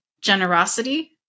generosity